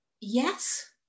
Yes